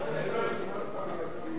חבר הכנסת